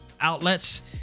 outlets